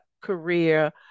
career